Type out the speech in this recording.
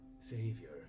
Savior